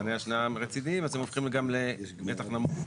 מתקני השנעה אז הם הופכים גם למתח נמוך.